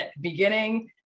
beginning